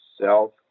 self